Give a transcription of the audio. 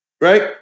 right